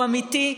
הוא אמיתי,